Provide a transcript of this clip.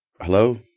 Hello